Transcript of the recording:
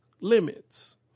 limits